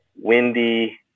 windy